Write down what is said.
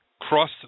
Cross